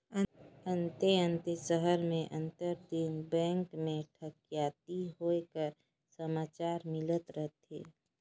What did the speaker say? अन्ते अन्ते सहर में आंतर दिन बेंक में ठकइती होए कर समाचार मिलत रहथे